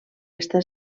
està